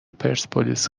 پرسپولیس